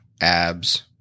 abs